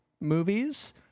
movies